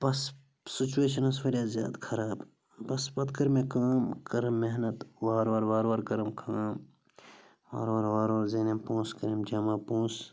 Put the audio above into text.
بَس situation ٲس واریاہ زیادٕ خراب بَس پَتہٕ کٔر مےٚ کٲم کٔرٕم محنت وار وار وار وارٕ کٔرٕم کٲم وار وار وار وار زِیٖنِم پونٛسہٕ کٔرِم جَمع پونٛسہٕ